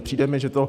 Přijde mi, že to...